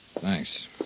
Thanks